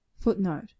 Footnote